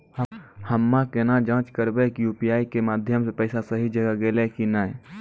हम्मय केना जाँच करबै की यु.पी.आई के माध्यम से पैसा सही जगह गेलै की नैय?